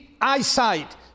eyesight